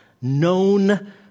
known